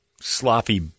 sloppy